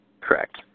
Correct